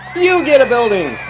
you get a building!